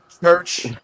church